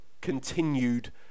continued